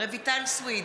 רויטל סויד,